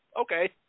Okay